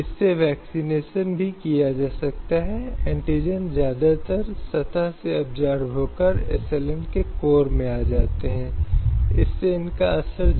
इसलिए इस प्रकार के उल्लंघन भारतीय संविधान द्वारा पूरी तरह से निषिद्ध हैं और अनुच्छेद 23 उस प्रभाव की ओर है हालांकि ये दोनों प्रथाएं भारतीय समाज में एक वास्तविकता हैं